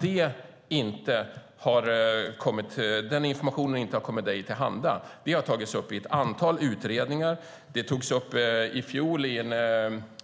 Det har tagits upp i ett antal utredningar, det togs upp i fjol i en